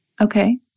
Okay